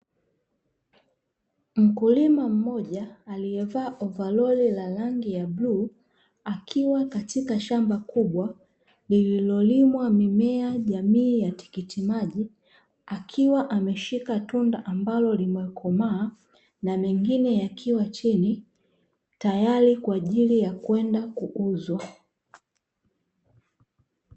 Mkulima mmoja aliyevaa ovaroli la rangi ya bluu, akiwa katika shamba kubwa lililolimwa mimea jamii ya tikiti maji, akiwa ameshika tunda ambalo limekomaa, na mengine yakiwa chini tayari kwa ajili ya kwenda kuuzwa.